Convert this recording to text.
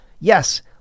Yes